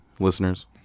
Listeners